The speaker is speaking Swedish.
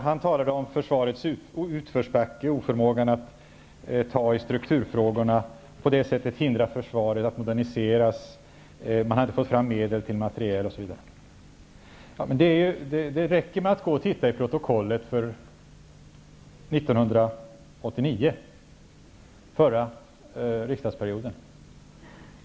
Han talade om försvarets utförsbacke, oförmågan att ta i strukturfrågorna och på det sättet hindra försvaret att moderniseras, att man inte hade fått medel till materiel, osv. Det räcker att titta i protokollet från 1989, under den förra riksdagsperioden.